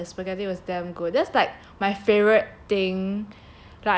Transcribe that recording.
it~ ya the spaghetti was damn good that's like my favourite thing